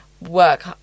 work